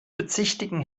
bezichtigen